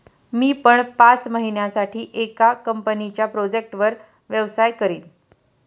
मी पण पाच महिन्यासाठी एका कंपनीच्या प्रोजेक्टवर व्यवसाय करीन